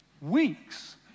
weeks